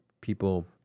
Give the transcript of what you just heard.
people